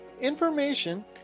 information